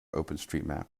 openstreetmap